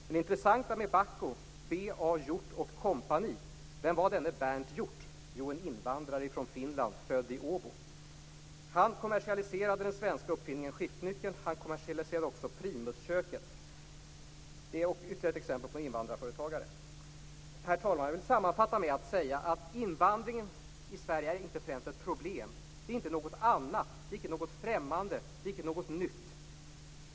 Det intressanta med BAHCO, B.A. Hjort och co. är vem denne Bernt Hjort var. Det var en invandrare från Finland född i Åbo. Han kommersialiserade den svenska uppfinningen skiftnyckeln och han kommersialiserade också primusköket. Det är ytterligare ett exempel på invandrarföretagare. Herr talman! Jag vill sammanfatta med att säga att invandringen i Sverige inte främst är något problem. Det är inte något annat, det är inte något främmande, och det är inte något nytt.